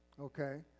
okay